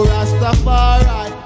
Rastafari